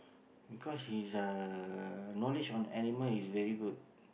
because his uh knowledge on animal is very good